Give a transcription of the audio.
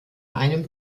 einem